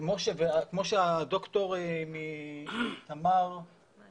כמו שהד"ר מיה